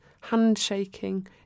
handshaking